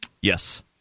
Yes